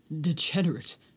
degenerate